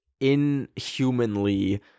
inhumanly